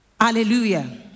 Hallelujah